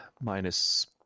minus